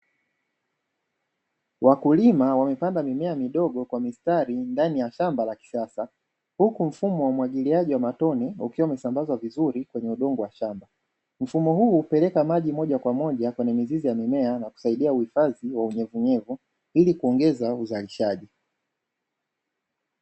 Wakulima wamepanda mimea midogo kwa mistari ndani ya shamba la kisasa, huku mfumo wa umwagiliaji wa matone ukiwa umesambazwa vizuri kwenye udongo wa shamba, mfumo huu hupeleka maji mojakwamoja kwenye mizizi ya mimea na kusaidia uhifadhi wa unyevunyevu ili kuongeza uzalishaji.